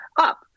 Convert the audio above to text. up